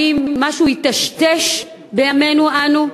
האם משהו היטשטש בימינו אנו?